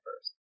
first